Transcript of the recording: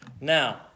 Now